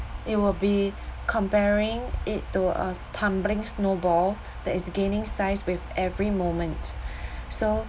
it will be comparing it to a tumbling snowball that is gaining size with every moment so